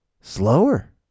slower